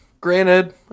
Granted